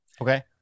Okay